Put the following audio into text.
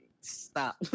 stop